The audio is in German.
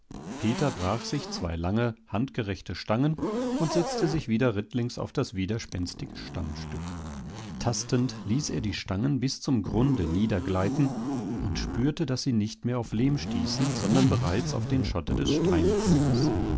peter brach sich zwei lange handgerechte stangen und setzte sich wieder rittlings auf das widerspenstige stammstück tastend ließ er die stangen bis zum grunde niedergleiten und spürte daß sie nicht mehr auf lehm stießen sondern bereits auf den schotter des steinfeldes